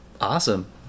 Awesome